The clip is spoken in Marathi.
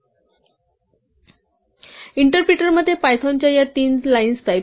इंटरप्रेटरमध्ये पायथॉनच्या त्या तीन लाईन्स टाईप करूया